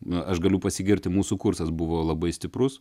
na aš galiu pasigirti mūsų kursas buvo labai stiprus